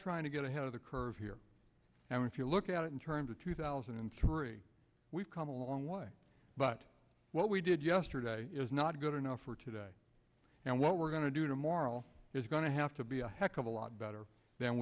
trying to get ahead of the curve here and if you look at it in terms of two thousand and three we've come a long way but what we did yesterday is not good enough for today and what we're going to do tomorrow is going to have to be a heck of a lot better than